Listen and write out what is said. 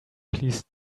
please